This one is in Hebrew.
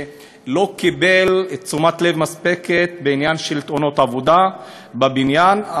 שלא קיבל תשומת לב מספקת: העניין של תאונות עבודה בבניין.